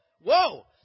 whoa